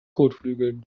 kotflügeln